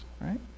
right